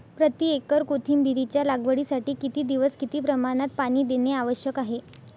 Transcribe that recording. प्रति एकर कोथिंबिरीच्या लागवडीसाठी किती दिवस किती प्रमाणात पाणी देणे आवश्यक आहे?